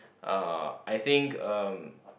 uh I think uh